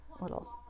Little